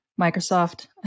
Microsoft